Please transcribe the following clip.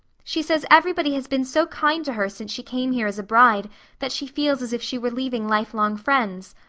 she says everybody has been so kind to her since she came here as a bride that she feels as if she were leaving lifelong friends.